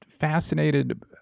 fascinated